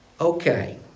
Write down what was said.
Okay